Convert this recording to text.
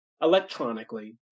electronically